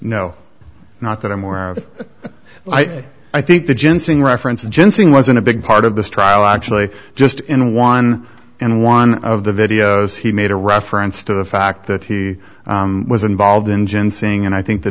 no not that i'm aware of i think the jensen reference and syncing wasn't a big part of this trial actually just in one and one of the videos he made a reference to the fact that he was involved engine sing and i think the